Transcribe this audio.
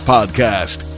Podcast